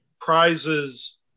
prizes